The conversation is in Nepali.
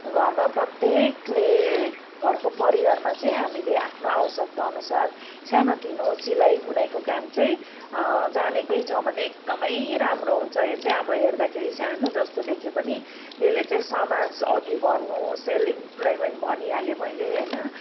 घरमा प्रत्येकले घरको परिवारमा चाहिँ हामीले आफ्नो आवश्यकताअनुसार सानोतिनो सिलाईबुनाईको काम चाहिँ जानेकै छ भने एकदमै राम्रो हुन्छ यो चाहिँ अब हेर्दाखेरि सानो जस्तो देखिए पनि यसले चाहिँ समाज अघि बढ्नु सेल्फ इम्प्लयमेन्ट भनिहालेँ मैले होइन